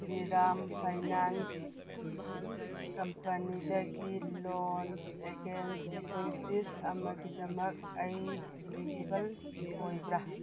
Shriram finance ꯀꯝꯄꯅꯤꯗꯒꯤ loan against securities ꯑꯃꯒꯤꯗꯃꯛ ꯑꯩ ꯏꯂꯤꯖꯤꯕꯜ ꯑꯣꯏꯕ꯭ꯔ